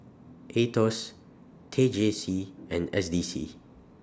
Aetos T J C and S D C